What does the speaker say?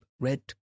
Red